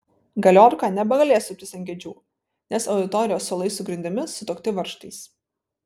galiorka nebegalės suptis ant kėdžių nes auditorijos suolai su grindimis sutuokti varžtais